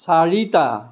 চাৰিটা